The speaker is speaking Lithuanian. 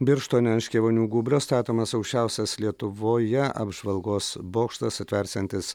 birštone ant škėvonių gūbrio statomas aukščiausias lietuvoje apžvalgos bokštas atversiantis